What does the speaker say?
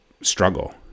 struggle